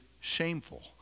shameful